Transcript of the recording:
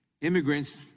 immigrants